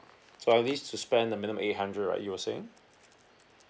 so at least to spend a minimum eight hundred right you were saying